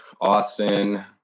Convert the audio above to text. Austin